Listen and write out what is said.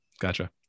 Gotcha